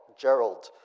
Gerald